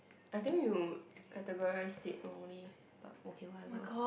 I think you categorize it wrongly but okay whatever